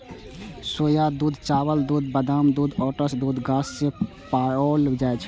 सोया दूध, चावल दूध, बादाम दूध, ओट्स दूध गाछ सं पाओल जाए छै